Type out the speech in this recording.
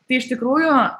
tai iš tikrųjų